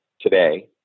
today